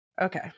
Okay